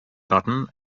button